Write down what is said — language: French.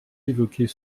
évoquer